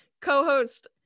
co-host